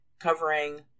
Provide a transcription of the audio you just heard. covering